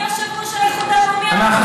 מי יושב-ראש האיחוד הלאומי?